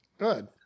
Good